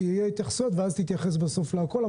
כי יהיו התייחסויות ואז תתייחס בסוף לכל הדברים.